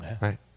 right